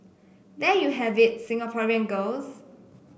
there you have it Singaporean girls